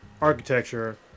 architecture